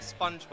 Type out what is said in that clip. SpongeBob